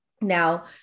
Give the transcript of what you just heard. now